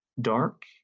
dark